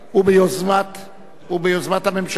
19) הוא ביוזמת הממשלה.